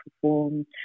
performed